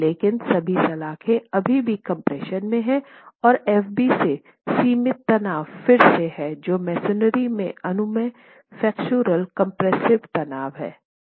लेकिन सभी सलाख़े अभी भी कम्प्रेशन में हैं और Fb में सीमित तनाव फिर से है जो मसोनरी में अनुमेय फ्लेक्सोरल कंप्रेसिव तनाव हैं